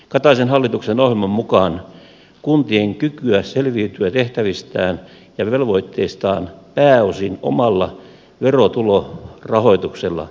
kataisen hallituksen ohjelman mukaan kuntien kykyä selviytyä tehtävistään ja velvoitteistaan pääosin omalla verotulorahoituksella edistetään